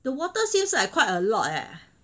the water seems like quite a lot eh